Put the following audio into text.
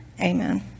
Amen